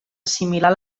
assimilar